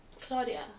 Claudia